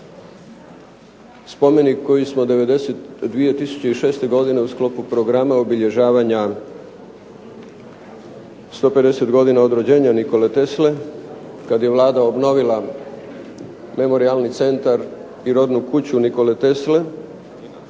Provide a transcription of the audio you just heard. spomenik koji smo 2006. godine u sklopu programa obilježavanja 150 godina od rođenja Nikole Tesle, kad je Vlada obnovila memorijalni centar i rodnu kuću Nikole Tesle